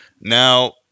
Now